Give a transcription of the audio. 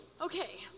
Okay